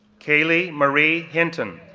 kaleigh marie hinton,